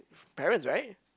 parents right